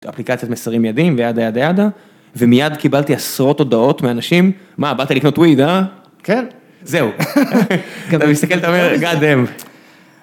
אפליקציות מסרים מידיים וידה ידה ידה, ומייד קיבלתי עשרות הודעות מאנשים, מה באת לקנות וייד, אה? כן, זהו.